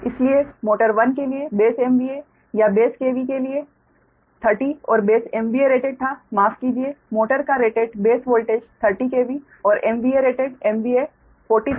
इसलिए मोटर 1 के लिए बेस MVA या बेस KV के लिए 30 और बेस MVA रेटेड था माफ कीजिये मोटर का रेटेड बेस वोल्टेज 30 KV और MVA रेटेड MVA 40 था